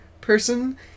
person